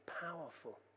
powerful